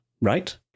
right